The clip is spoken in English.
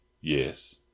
Yes